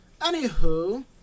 Anywho